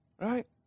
Right